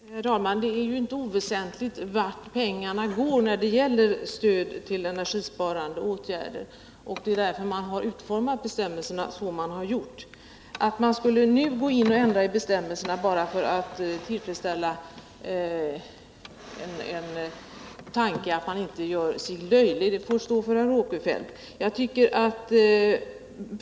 Herr talman! Det är inte oväsentligt vart pengarna går när det gäller stöd till energisparande åtgärder. Det är därför man har utformat bestämmelserna så som man har gjort. Jag tycker inte att det finns anledning att nu ändra dem bara för att de är ”löjliga”. Tanken att man gör sig löjlig genom de här bestämmelserna får stå för herr Åkerfeldt.